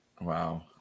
Wow